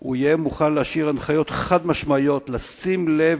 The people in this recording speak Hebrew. הוא יהיה מוכן להשאיר הנחיות חד-משמעיות לשים לב,